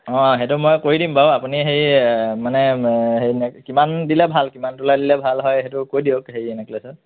অ সেইটো মই কৰি দিম বাৰু আপুনি সেই মানে কিমান দিলে ভাল কিমান তোলা দিলে ভাল হয় সেইটো কৈ দিয়ক হেৰি নেকলেচত